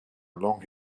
long